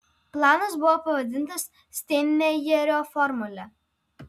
planas buvo pavadintas steinmeierio formule